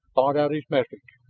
thought out his message.